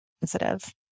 sensitive